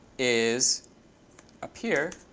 is up here,